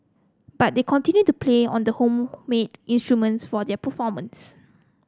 but they continue to play on the homemade instruments for their performance